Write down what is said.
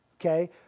okay